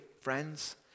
friends